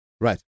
Right